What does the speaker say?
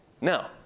Now